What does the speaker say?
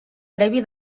previ